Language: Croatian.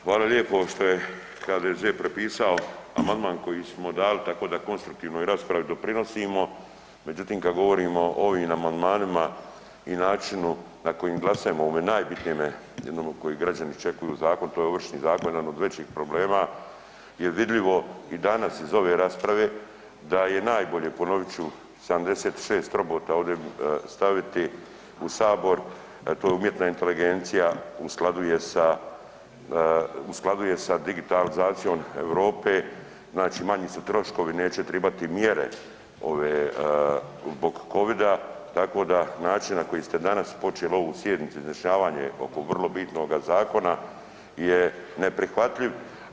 Hvala lijepo što je HDZ prepisao amandman koji smo dali tako da konstruktivnoj raspravi doprinosimo, međutim kada govorimo o ovim amandmanima i načinu na kojim glasamo o ovom najbitnijem jednom od kojih građani iščekuju zakon to je Ovršni zakon jedan od većih problema je vidljivo i danas iz ove rasprave da je najbolje, ponovit ću 76 robota ovdje staviti u Sabor, to je umjetna inteligencija u skladu je sa digitalizacijom Europe, znači manji su troškovi neće tribati mjere zbog covida, tako da način na koji ste danas počeli ovu sjednicu izjašnjavanje oko vrlo bitnoga zakona je neprihvatljivi.